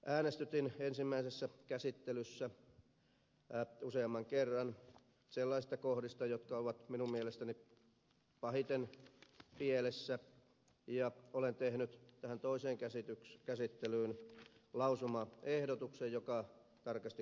äänestytin ensimmäisessä käsittelyssä useamman kerran sellaisista kohdista jotka ovat minun mielestäni pahiten pielessä ja olen tehnyt tähän toiseen käsittelyyn lausumaehdotuksen joka tarkasti kuuluu näin